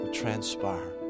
transpire